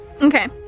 Okay